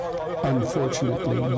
Unfortunately